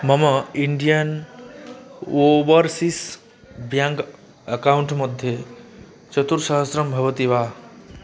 मम Indian Overseas Bank account मध्ये चतुस्सहस्रं भवति वा